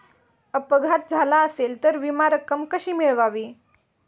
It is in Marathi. अपघात झाला असेल तर विमा रक्कम कशी मिळवावी?